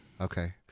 Okay